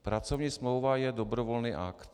Pracovní smlouva je dobrovolný akt.